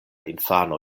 infano